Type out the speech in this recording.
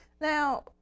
Now